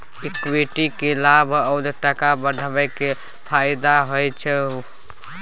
equity केँ लाभ आ टका बढ़ब केर फाएदा सेहो होइ छै